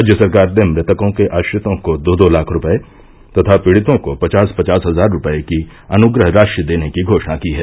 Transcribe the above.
राज्य सरकार ने मृतकों के आश्रितों को दो दो लाख रूपये तथा पीड़ितों को पचास पचास हजार रूपये की अनुग्रह राशि देने की घोषणा की है